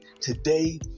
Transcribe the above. Today